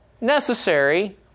necessary